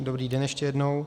Dobrý den ještě jednou.